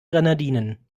grenadinen